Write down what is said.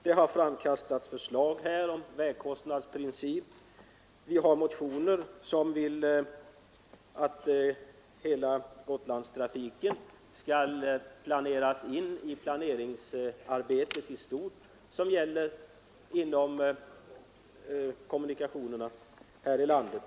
Det har framkastats förslag om att den s.k. vägprincipen skulle tillämpas, och det finns motionärer som vill att hela Gotlandstrafiken skall föras in i planeringsarbetet i stort för kommunikationerna här i landet.